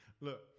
Look